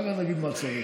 אחר כך נגיד מה צריך.